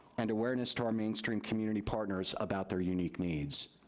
and awareness to our mainstream community partners about their unique needs.